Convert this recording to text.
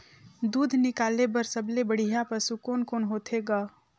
दूध निकाले बर सबले बढ़िया पशु कोन कोन हर होथे ग?